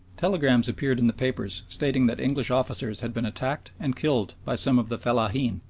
telegrams appeared in the papers stating that english officers had been attacked and killed by some of the fellaheen.